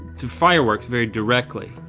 to fireworks very directly.